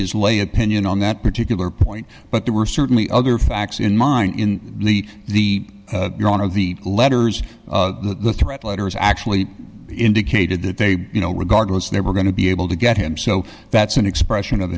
his lay opinion on that particular point but there were certainly other facts in mind in the owner of the letters the threat letters actually indicated that they you know regardless they were going to be able to get him so that's an expression of